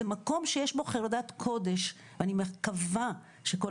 זה מקום שיש בו חרדת קודש ואני מקווה שכל